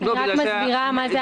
רק מסבירה מה הוא החד-פעמי הזה.